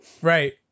right